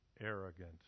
arrogant